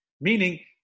Meaning